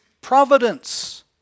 providence